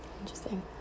Interesting